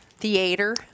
Theater